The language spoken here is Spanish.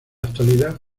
actualidad